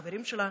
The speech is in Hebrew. חברים שלה,